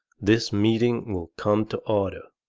this meeting will come to order.